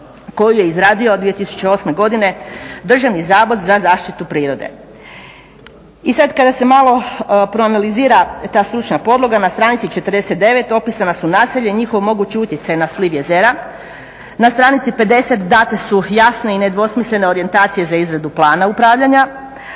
koju je izradio 2008. godine Državni zavod za zaštitu priroda. I sad kada se malo proanalizira ta stručna podloga na stranici 49. opisana su naselja i njihovi mogući utjecaji na sliv jezera. Na stranici 50. date su jasne i nedvosmislene orijentacije za izradu plana upravljanja